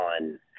on